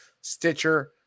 Stitcher